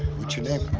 what's your name?